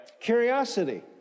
Curiosity